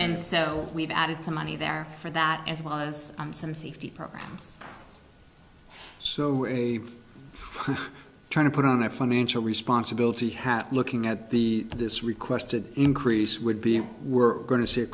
and so we've added some money there for that as well as some safety programs so we're trying to put on a financial responsibility hat looking at the this requested increase would be we're going to see a